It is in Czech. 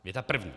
Věta první.